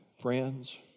friends